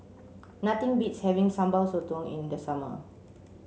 nothing beats having Sambal Sotong in the summer